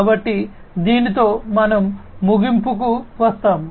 కాబట్టి దీనితో మనం ముగింపుకు వస్తాము